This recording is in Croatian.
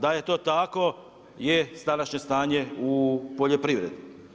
Da je to tako, je današnje stanje u poljoprivredi.